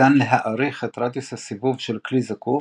ניתן להעריך את רדיוס הסיבוב של כלי זקוף,